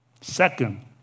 Second